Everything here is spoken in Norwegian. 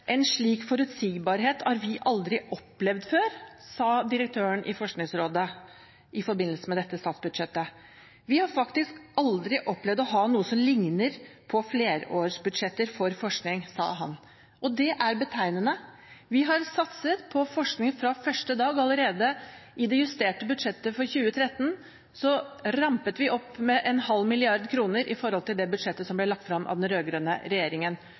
«En slik forutsigbarhet har vi aldri opplevd før! Vi har aldri opplevd faktisk å ha noe som ligner på flerårsbudsjetter for forskning.» Det er betegnende. Vi har satset på forskning fra første dag. Allerede i det justerte budsjettet for 2013 «rampet» vi opp med en halv milliard kroner i forhold til det budsjettet som ble lagt frem av den rød-grønne regjeringen.